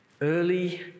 early